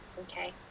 Okay